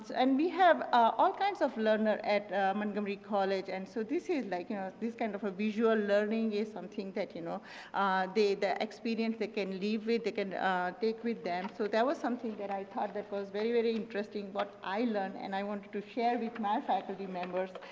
and we have ah all kinds of learner at montgomery college and so this is like you know this kind of a visual learning is something that you know the the experience they can leave with, they can take with them so that was something that i thought that was very, very interesting what i learned and i wanted to share with my faculty members.